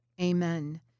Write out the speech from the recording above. Amen